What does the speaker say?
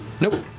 nope,